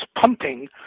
pumping